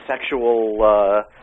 sexual